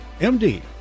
MD